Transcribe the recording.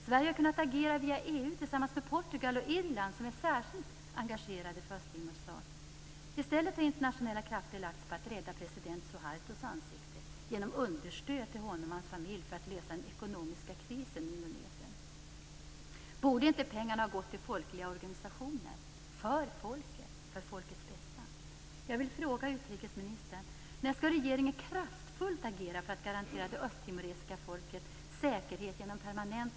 Sverige har kunnat agera via EU tillsammans med Portugal och Irland, som är särskilt engagerade för Östtimors sak. I stället har internationella krafter lagts på att rädda president Suhartos ansikte genom understöd till honom och hans familj för att lösa den ekonomiska krisen i Indonesien. Borde inte pengarna har gått till folkliga organisationer, för folkets bästa? Östtimor och för att uppfylla kraven på en folkomröstning om Östtimors självbestämmande.